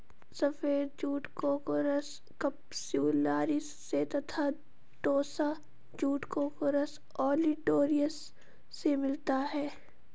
सफ़ेद jute Corchorus capsularis से तथा टोस्सा जूट कोर्कोरस ओलिटोरियस से मिलता है